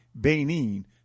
Benin